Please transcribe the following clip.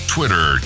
Twitter